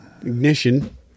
ignition